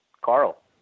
Carl